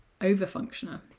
over-functioner